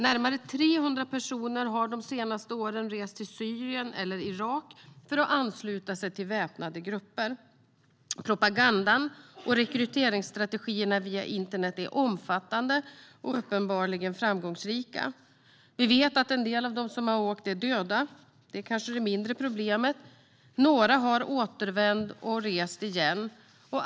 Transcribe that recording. Närmare 300 personer har de senaste åren rest till Syrien eller Irak för att ansluta sig till väpnade grupper. Propagandan och rekryteringsstrategierna via internet är omfattande och uppenbarligen framgångsrika. Vi vet att en del av dem som har åkt är döda. Det är kanske det mindre problemet. Några har återvänt och rest igen.